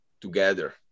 together